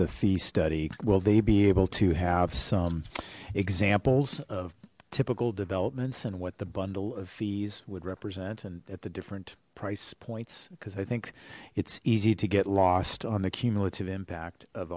the fee study will they be able to have some examples of typical developments and what the bundle of fees would represent and at the different price points because i think it's easy to get lost on the cumulative impact of